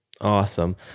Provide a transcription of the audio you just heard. Awesome